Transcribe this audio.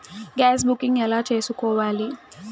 Gas booking ఎలా చేసుకోవాలి?